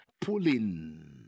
pulling